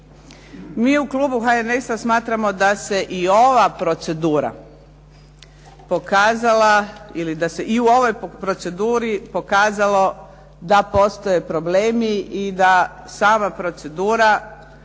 procedura pokazala ili da se i u ovoj proceduri pokazalo da postoje problemi i da sama procedura